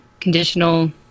conditional